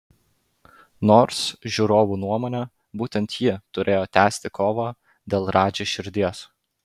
nors žiūrovų nuomone būtent ji turėjo tęsti kovą dėl radži širdies